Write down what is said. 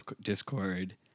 Discord